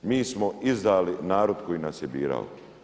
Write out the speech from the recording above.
Mi smo izdali narod koji nas je birao.